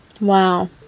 wow